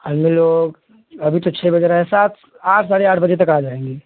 हम लोग अभी तो छः बज रहे हैं सात आठ साढ़े आठ बजे आ जाएँगे